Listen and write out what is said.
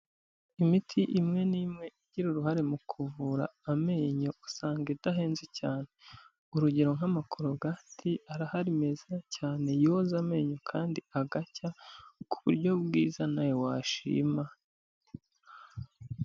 Imiti imwe n'imwe igira uruhare mu kuvura amenyo, usanga idahenze cyane urugero nk'amakorogati arahari meza, cyane yoza amenyo kandi agacya ku buryo bwiza nawe washima.